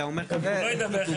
אתה אומר --- אם הוא לא ידווח,